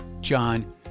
John